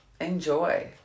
enjoy